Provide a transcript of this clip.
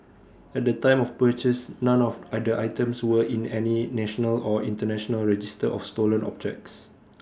at the time of purchase none of I the items were in any national or International register of stolen objects